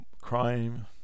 crime